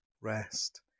Rest